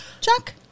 Chuck